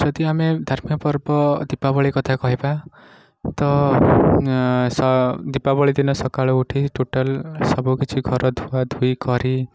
ଯଦି ଆମେ ଧାର୍ମିକ ପର୍ବ ଦୀପାବଳି କଥା କହିବା ତ ଦୀପାବଳି ଦିନ ସକାଳୁ ଉଠି ଟୋଟାଲ୍ ସବୁକିଛି ଘର ଧୁଆ ଧୁଇ କରି